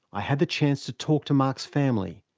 i had the chance to talk to mark's family,